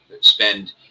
spend